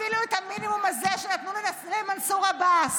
אפילו את המינימום הזה שנתנו למנסור עבאס